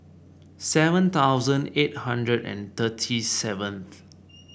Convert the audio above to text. seven thousand eight hundred and thirty seventh